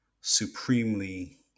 supremely